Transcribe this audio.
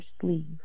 sleeve